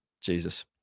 Jesus